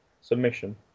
submission